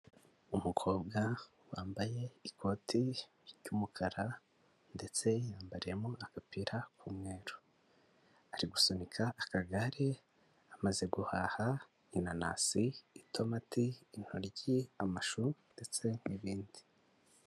Umukobwa wambaye ikoti ry'umukara ndetse yambariyemo n'agapira k'umweru, ari gusunika akagare, amaze guhaha inanasi, itomati, intoryi, amashu ndetse n'ibindi.